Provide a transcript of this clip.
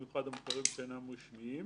והכלת ילדים עם צרכים מיוחדים במערכת החינוך,